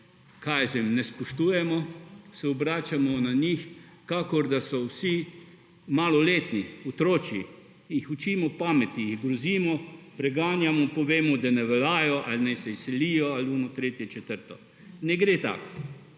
jaz vem, ne spoštujemo, se obračamo na njih kakor da so vsi malo / nerazumljivo/, otročji, jih učimo pameti, grozimo, preganjamo, povemo, da ne veljajo ali naj se izselijo ali tisto, tretje, četrto… Ne gre tako.